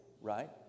right